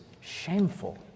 shameful